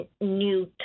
new